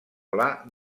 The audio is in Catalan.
pla